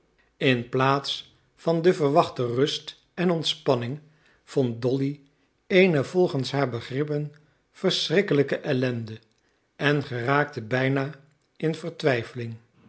in plaats van de verwachte rust en ontspanning vond dolly eene volgens haar begrippen verschrikkelijke ellende en geraakte bijna in vertwijfeling